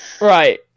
Right